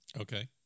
Okay